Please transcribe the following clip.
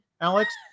Alex